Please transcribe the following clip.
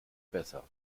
besser